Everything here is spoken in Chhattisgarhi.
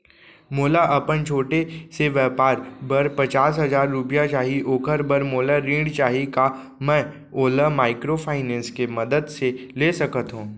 मोला अपन छोटे से व्यापार बर पचास हजार रुपिया चाही ओखर बर मोला ऋण चाही का मैं ओला माइक्रोफाइनेंस के मदद से ले सकत हो?